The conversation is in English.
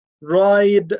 ride